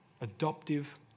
Adoptive